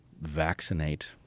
vaccinate